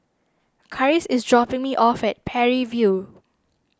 Karis is dropping me off at Parry View